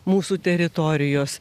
mūsų teritorijos